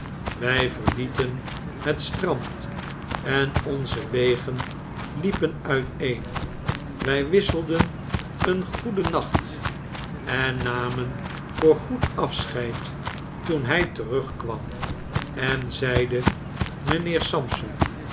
wij verlieten het strand en onze wegen liepen uiteen wij wisselden een goedennacht en namen voor goed afscheid toen hjj terugkwam en zeide mpheer sampson